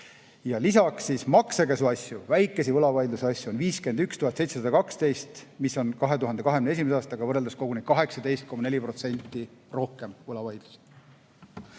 Ja lisaks maksekäsuasju, väikesi võlavaidlusasju on 51 712, mida on 2021. aastaga võrreldes koguni 18,4% rohkem. Vaatamata